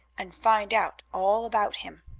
and find out all about him.